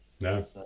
No